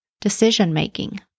decision-making